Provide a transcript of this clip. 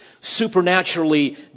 supernaturally